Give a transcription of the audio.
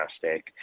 fantastic